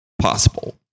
possible